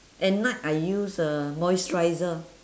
at night I use uh moisturiser